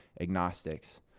agnostics